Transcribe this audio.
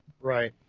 right